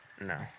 No